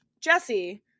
Jesse